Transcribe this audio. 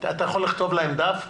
אתה יכול לכתוב להם דף,